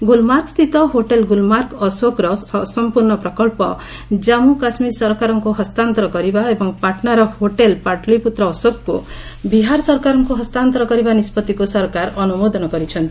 ଗୁଲ୍ମାର୍ଗସ୍ଥିତ hotel Gulmarg ଅଶୋକର ଅସମ୍ପର୍ଷ ପ୍ରକଳ୍ପ କମ୍ମୁ କାଶ୍କୀର ସରକାରଙ୍କୁ ହସ୍ତାନ୍ତର କରିବା ଏବଂ ପାଟ୍ନାର ହୋଟେଲ୍ ପାଟଳିପୁତ୍ର ଅଶୋକକୁ ବିହାର ସରକାରଙ୍କୁ ହସ୍ତାନ୍ତର କରିବା ନିଷ୍ପଭିକ୍ ସରକାର ଅନୁମୋଦନ କରିଛନ୍ତି